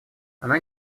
она